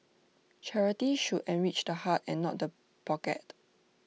charity should enrich the heart and not the pocket